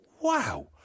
Wow